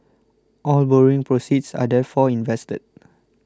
all borrowing proceeds are therefore invested